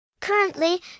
Currently